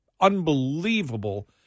unbelievable